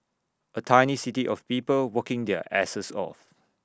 A tiny city of people working their asses off